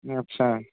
ଆଚ୍ଛା